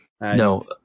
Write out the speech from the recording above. No